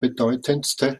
bedeutendsten